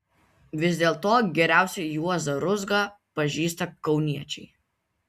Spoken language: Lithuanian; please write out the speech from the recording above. vis dėlto geriausiai juozą ruzgą pažįsta kauniečiai